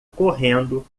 correndo